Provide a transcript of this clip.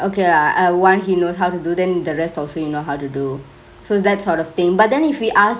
okay lah like one he knows how to do then the rest also you know how to do so that sort of thingk but then if we ask